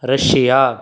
Russia